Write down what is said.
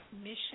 mission